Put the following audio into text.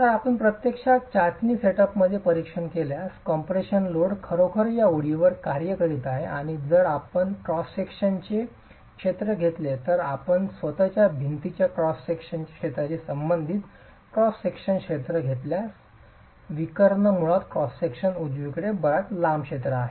तर आपण प्रत्यक्षात चाचणी सेटअपचे परीक्षण केल्यास कॉम्प्रेशन लोड खरोखर या ओळीवर कार्य करीत आहे आणि जर आपण क्रॉस सेक्शनचे क्षेत्र घेतले तर आपण स्वत च्या भिंतीच्या क्रॉस सेक्शनच्या क्षेत्राशी संबंधित क्रॉस सेक्शनचा क्षेत्र घेतल्यास विकर्ण मुळात क्रॉस सेक्शन उजवीकडे बराच लांब क्षेत्र आहे